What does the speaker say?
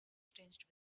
tinged